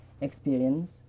experience